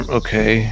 okay